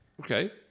Okay